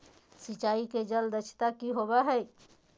सिंचाई के जल दक्षता कि होवय हैय?